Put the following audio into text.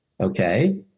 Okay